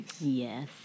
Yes